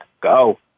Go